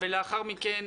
ולאחר מכן,